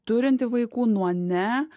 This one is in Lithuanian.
turinti vaikų nuo ne